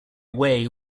way